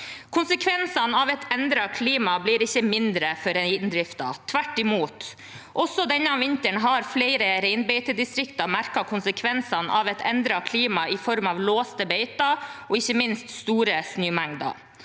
Konsekvensene av et endret klima blir ikke mindre for reindriften – tvert imot: Også denne vinteren har flere reinbeitedistrikter merket konsekvensene av et endret klima i form av låste beiter og ikke minst store snømengder.